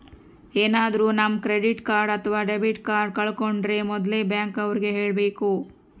ಏನಾದ್ರೂ ನಮ್ credit card ಅಥವಾ ಡೆಬಿಟ್ ಕಾರ್ಡ್ ಕಳ್ಕೊಂಡ್ರೆ ಮೊದ್ಲು ಬ್ಯಾಂಕ್ ಅವ್ರಿಗೆ ಹೇಳ್ಬೇಕು